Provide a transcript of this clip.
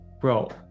bro